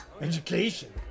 Education